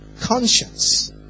conscience